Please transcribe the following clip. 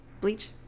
bleach